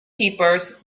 keepers